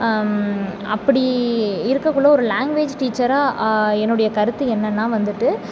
அப்படி இருக்கக்குள்ள ஒரு லாங்குவேஜ் டீச்சராக என்னுடைய கருத்து என்னன்னால் வந்துட்டு